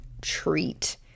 treat